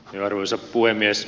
arvoisa puhemies